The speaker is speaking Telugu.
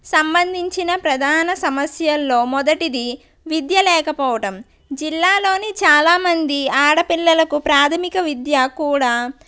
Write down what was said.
సంబంధించిన ప్రధాన సమస్యలో మొదటిది విద్య లేకపోవడం జిల్లాలోని చాలామంది ఆడపిల్లలకు ప్రాథమిక విద్య కూడా